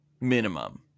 Minimum